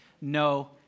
No